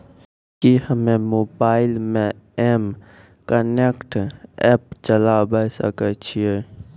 कि हम्मे मोबाइल मे एम कनेक्ट एप्प चलाबय सकै छियै?